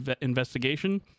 investigation